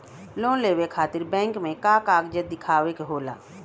Loan लेवे खातिर bank मे का कागजात दिखावे के होला?